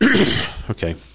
okay